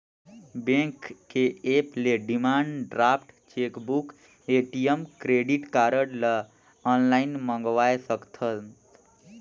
bank के app ले demand draft, chequebook, ATM, credit card ल आनलाइन मंगवाये सकथस